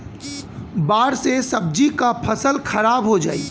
बाढ़ से सब्जी क फसल खराब हो जाई